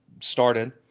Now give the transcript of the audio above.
started